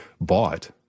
bought